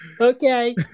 okay